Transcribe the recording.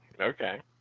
okay